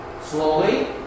Slowly